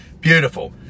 beautiful